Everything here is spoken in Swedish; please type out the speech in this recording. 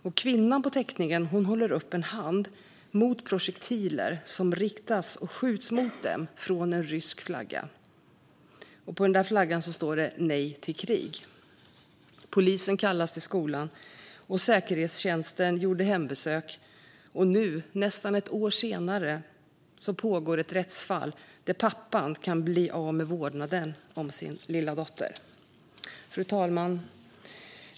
Och kvinnan på teckningen håller upp en hand mot projektiler som skjuts mot dem från en rysk flagga. På den flaggan står det: Nej till krig. Polisen kallades till skolan, och säkerhetstjänsten gjorde hembesök. Nu, nästan ett år senare, pågår ett rättsfall där pappan kan bli av med vårdnaden om sin lilla dotter. Fru talman!